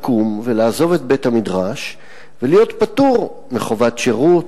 לקום ולעזוב את בית-המדרש ולהיות פטור מחובת שירות.